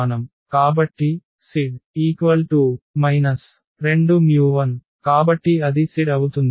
కాబట్టి z 2μ1 కాబట్టి అది z అవుతుంది